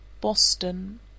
Boston